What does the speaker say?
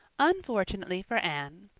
unfortunately for anne,